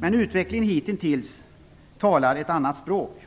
Men utvecklingen hitintills talar ett annat språk.